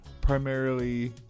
Primarily